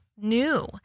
new